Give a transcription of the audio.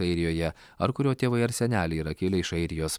airijoje ar kurio tėvai ar seneliai yra kilę iš airijos